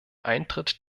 eintritt